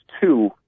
two